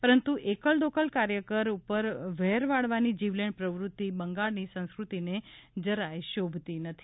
પરંતુ એકલ દોકલ કાર્યકર ઉપર વેર વાળવાની જીવલેણ પ્રવૃતિ બંગાળની સંસ્કૃતિને જરાય શોભતી નથી